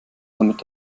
damit